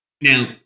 Now